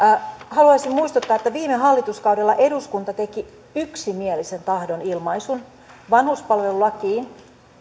haluaisin muistuttaa että viime hallituskaudella eduskunta teki yksimielisen tahdonilmaisun vanhuspalvelulakiin